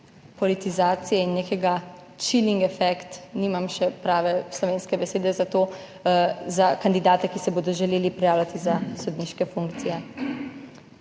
politizacije in nekega chilling effect, nimam še prave slovenske besede za to, za kandidate, ki se bodo želeli prijavljati za sodniške funkcije.